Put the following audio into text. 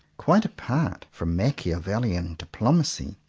quite apart from machiavellian diplomacy,